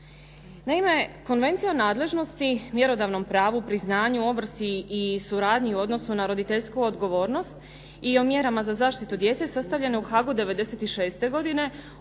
Naime, Konvencija o nadležnost, mjerodavnom pravu, priznanju, ovrsi i suradnji u odnosu na roditeljsku odgovornost i o mjerama za zaštitu djece sastavljene u Haagu '96. godine